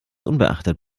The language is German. unbeachtet